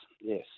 Yes